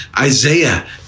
Isaiah